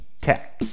tech